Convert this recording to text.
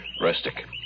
Rustic